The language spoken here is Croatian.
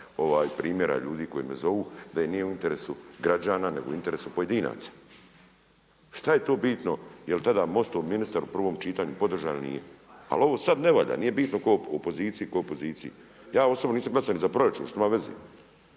dosta primjera ljudi koji me zovu da nije u interesu građana nego u interesu pojedinaca. Šta je tu bitno je li tada MOST-ov ministar u prvom čitanju podržao ili nije? Ali ovo sada ne valja, nije bitno tko je u opoziciji, tko je u poziciji. Ja osobno nisam glasao ni za proračun, šta ima veze.